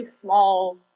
small